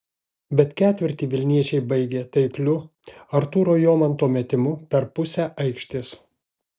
bet ketvirtį vilniečiai baigė taikliu artūro jomanto metimu per pusę aikštės